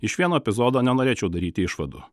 iš vieno epizodo nenorėčiau daryti išvadų